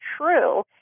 true